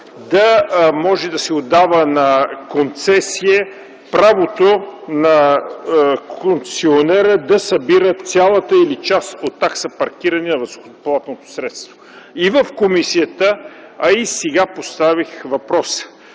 да може да се отдава на концесия правото на концесионера да събира цялата или част от такса „Паркиране на въздухоплавателното средство”. И в комисията, а и сега, поставих въпроса